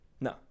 No